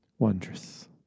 Wondrous